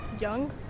young